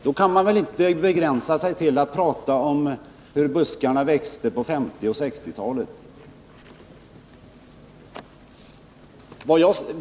Då kan man inte begränsa sig till att tala om hur buskarna växte på 1950 och 1960-talen.